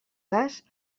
cas